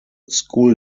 school